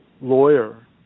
lawyer